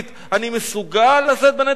אני מסוגל לשאת בנטל הזה,